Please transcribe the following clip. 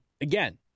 again